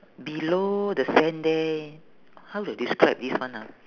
below the sand there how to describe this one ah